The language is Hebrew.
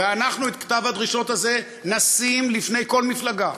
ואנחנו נשים את כתב הדרישות הזה לפני כל מפלגה